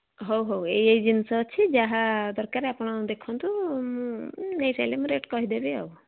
ହଉ ହଉ ଏଇ ଏଇ ଜିନିଷ ଅଛି ଯାହା ଦରକାର ଆପଣ ଦେଖନ୍ତୁ ନେଇସାରିଲେ ମୁଁ ରେଟ୍ କହିଦେବି ଆଉ